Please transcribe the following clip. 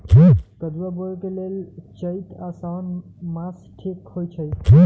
कदुआ बोए लेल चइत आ साओन मास ठीक होई छइ